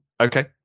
okay